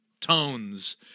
tones